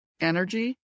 energy